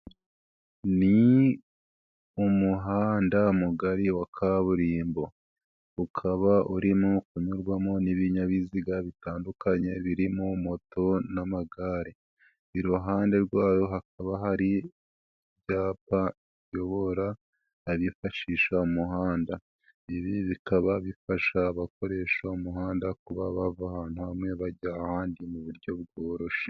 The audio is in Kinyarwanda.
Ni umuhanda mugari wa kaburimbo, ukaba urimo unyurwamo n'ibinyabiziga bitandukanye, birimo moto n'amagare. Iruhande rwayo hakaba hari ibyapa biyobora abifashisha umuhanda. Ibi bikaba bifasha abakoresha umuhanda kuba bava hamwe bajya ahandi, mu buryo bworoshye.